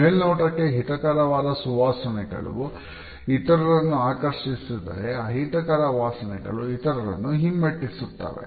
ಮೇಲ್ನೋಟಕ್ಕೆ ಹಿತಕರವಾದ ಸುವಾಸನೆಗಳು ಇತರರನ್ನು ಆಕರ್ಷಿಸಿದರೆ ಅಹಿತಕರ ವಾಸನೆಗಳು ಇತರರನ್ನು ಹಿಮ್ಮೆಟ್ಟಿಸುತ್ತವೆ